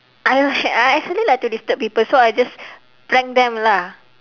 I I actually like to disturb people so I just prank them lah